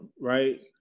right